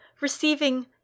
receiving